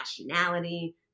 nationality